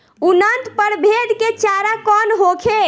उन्नत प्रभेद के चारा कौन होखे?